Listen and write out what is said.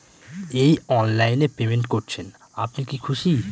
এই অনলাইন এ পেমেন্ট করছেন আপনি কি খুশি?